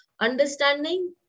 understanding